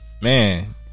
Man